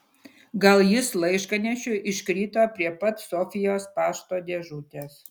gal jis laiškanešiui iškrito prie pat sofijos pašto dėžutės